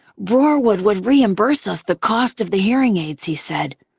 broarwood would reimburse us the cost of the hearing aids, he said.